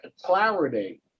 clarity